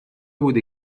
بودی